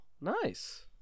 nice